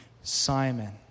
Simon